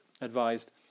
advised